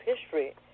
history